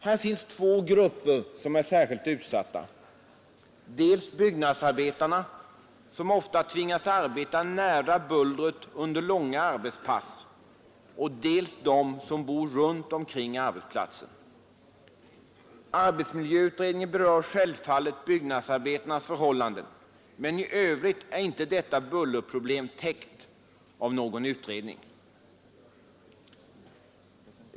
Här finns två grupper som är särskilt utsatta: dels byggnadsarbetarna som ofta tvingas arbeta nära bullret under långa arbetspass, dels de som bor runt omkring arbetsplatsen. Arbetsmiljöutredningen berör självfallet byggnadsarbetarnas förhållanden, men i övrigt är inte detta bullerproblem täckt av någon utredning.